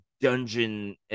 dungeon